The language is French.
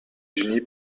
unis